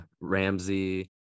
Ramsey